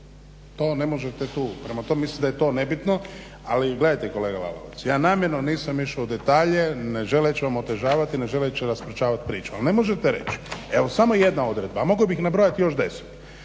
to ne možete tu, prema tome mislim da je to nebitno. Ali gledajte kolega Lalovac ja namjerno nisam išao u detalje, ne želeći vam otežavati, ne želeći raspačavati priču, ali ne možete reći, evo samo jedna odredba, a mogao bi ih nabrojati još 10.